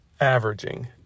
averaging